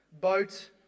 boat